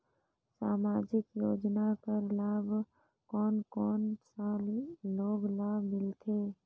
समाजिक योजना कर लाभ कोन कोन सा लोग ला मिलथे?